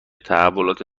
تحولات